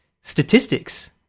statistics